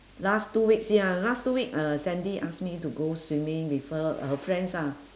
last two weeks ya last two week uh sandy ask me to go swimming with her her friends ah